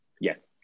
Yes